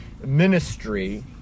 ministry